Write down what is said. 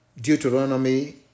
Deuteronomy